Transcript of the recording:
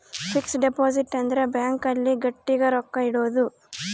fix deposit ಅಂದ್ರ bank ಅಲ್ಲಿ ಗಟ್ಟಿಗ ರೊಕ್ಕ ಇಡೋದು